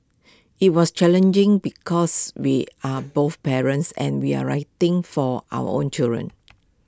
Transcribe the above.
IT was challenging because we are both parents and we're writing for our own children